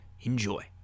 Enjoy